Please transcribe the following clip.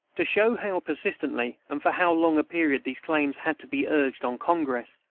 to show how persistently and for how long a period these claims had to be urged on congress,